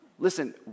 Listen